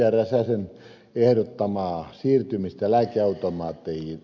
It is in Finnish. räsänen ehdottaa siirtymistä lääkeautomaatteihin